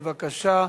בבקשה.